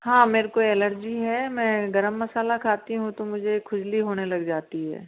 हाँ मेरे को एलर्जी है मैं गरम मसाला खाती हूँ तो मुझे खुजली होने लग जाती है